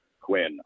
Quinn